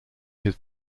his